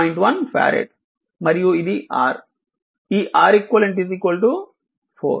1 ఫారెడ్ మరియు ఇది R ఈ Req 4